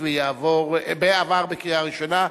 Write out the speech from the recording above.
התשע"ב 2012,